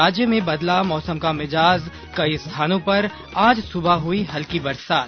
राज्य में बदला मौसम का मिजाज कई स्थानों पर आज सुबह हुई हल्की बरसात